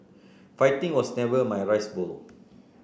fighting was never my rice bowl